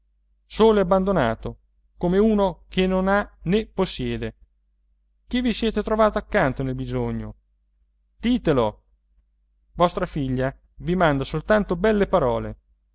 solo e abbandonato come uno che non ha nè possiede chi vi siete trovato accanto nel bisogno ditelo vostra figlia vi manda soltanto belle parole